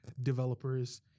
developers